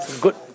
Good